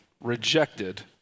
rejected